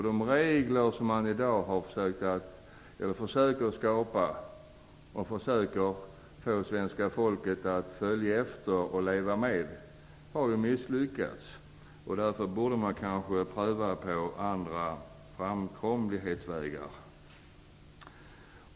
De regler som man i dag försöker skapa och få svenska folket att följa efter och leva med har man misslyckats med. Därför borde man kanske pröva på andra framkomlighetsvägar.